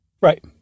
Right